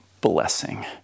blessing